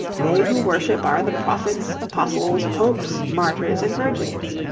they who worship are the prophets, apostles, popes, martyrs, and virgins.